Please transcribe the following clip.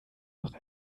noch